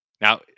now